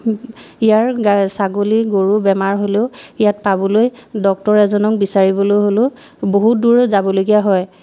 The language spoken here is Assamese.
ইয়াৰ গা ছাগলী গৰু বেমাৰ হ'লেও ইয়াত পাবলৈ ডক্টৰ এজনক বিচাৰিবলৈ হ'লেও বহুত দূৰ যাবলগীয়া হয়